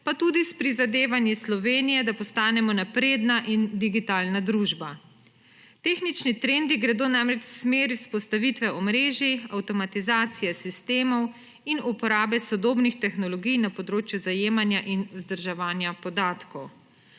pa tudi s prizadevanji Slovenije, da postanemo napredna in digitalna družba. Tehnični trendi gredo namreč v smer vzpostavitve omrežij, avtomatizacije sistemov in uporabe sodobnih tehnologij na področju zajemanja in vzdrževanja podatkov.